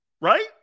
Right